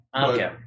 Okay